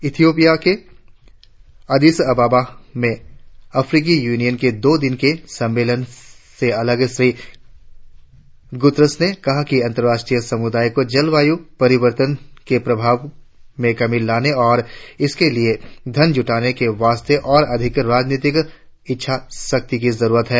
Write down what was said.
Ethiopia के Addis Ababa में अफ्रीकी यूनियन के दो दिन के सम्मेलन से अलग श्री गुतेरस ने कहा कि अंतराष्ट्रीय समुदाय को जलवायु परिवर्तन के प्रभाव में कमी लाने और इसके लिये धन जुटाने के वास्ते और अधिक राजनीतिक इच्छा शक्ति की जरुरत है